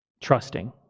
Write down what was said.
trusting